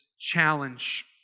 challenge